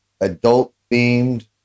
adult-themed